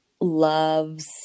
Loves